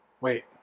Wait